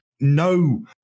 No